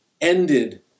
ended